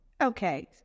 Okay